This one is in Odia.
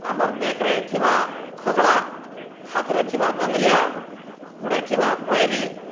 ଆମରର୍ ବେକ୍ରେ ଥିବା ଖଗ୍ଳା ହାତ୍ରେ ଥିବା ବନ୍ଦ୍ରିିଆ ଗୁଡ଼େ ଥିବା ପଏରୀ